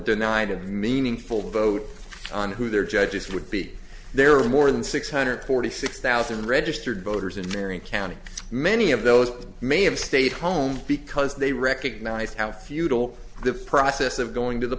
denied of meaningful vote on who their judges would be there are more than six hundred forty six thousand registered voters in marion county many of those may have stayed home because they recognized how futile the process of going to the